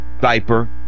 diaper